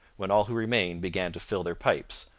when all who remained began to fill their pipes,